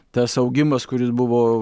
tas augimas kuris buvo